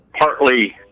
partly